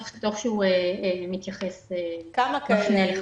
שהוא מתייחס --- כמה מקרים כאלה היו?